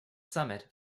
summit